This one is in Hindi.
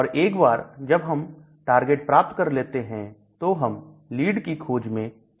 और एक बार जब हम टारगेट प्राप्त कर लेते हैं तो हम लीड की खोज में चले जाते हैं